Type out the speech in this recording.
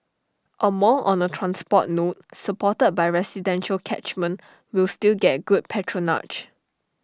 A mall on A transport node supported by residential catchment will still get good patronage